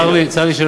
צר לי,